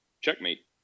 checkmate